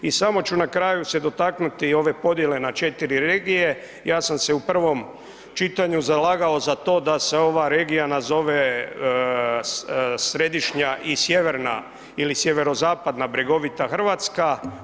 I samo ću na kraju se dotaknuti i ove ponude na četiri regije, ja sam se u prvom čitanju zalagao za to da se ova regija nazove središnja i sjeverna ili sjeverozapadna, bregovita Hrvatska.